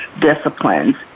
disciplines